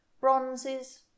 bronzes